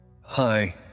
Hi